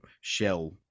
shell